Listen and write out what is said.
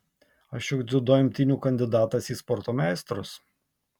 aš juk dziudo imtynių kandidatas į sporto meistrus